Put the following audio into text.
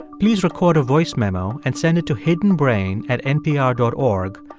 please record a voice memo, and send it to hidden brain at npr dot org.